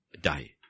die